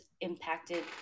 impacted